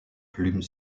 plumes